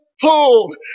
pull